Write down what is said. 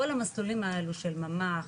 כל המסלולים האלו של ממ"ח,